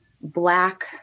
Black